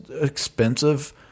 expensive